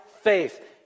faith